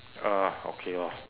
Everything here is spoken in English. uh okay lor